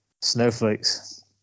Snowflakes